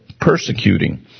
persecuting